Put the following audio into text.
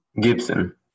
Gibson